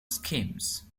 schemes